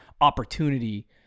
opportunity